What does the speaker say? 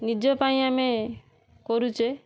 ନିଜ ପାଇଁ ଆମେ କରୁଛେ